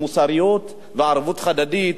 מוסריות וערבות הדדית,